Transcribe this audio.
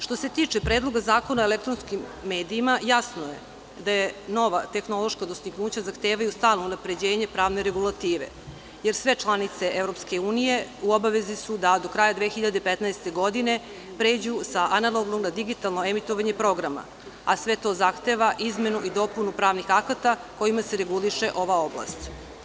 Što se tiče Predloga zakona o elektronskim medijima, jasno je da nova tehnološka dostignuća zahtevaju stalno unapređenje pravne regulative, jer sve članice EU u obavezi su da do kraja 2015. godine pređu sa analogno na digitalno emitovanje programa, a sve to zahteva izmenu i dopunu pravnih akata kojima se reguliše ova oblast.